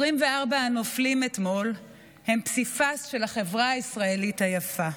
24 הנופלים אתמול הם פסיפס של החברה הישראלית היפה: